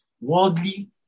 worldly